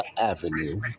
avenue